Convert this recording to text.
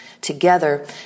together